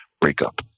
breakup